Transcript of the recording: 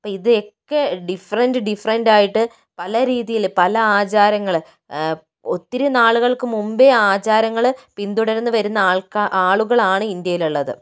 ഇപ്പം ഇതൊക്കെ ഡിഫ്രന്റ് ഡിഫ്രന്റായിട്ട് പലരീതിയില് പല ആചാരങ്ങള് ഒത്തിരി നാളുകള്ക്ക് മുമ്പേ ആചാരങ്ങള് പിന്തുടര്ന്നു വരുന്ന ആളുകളാണ് ഇന്ത്യയില് ഉള്ളത്